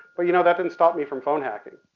but you know that didn't stop me from phone hacking.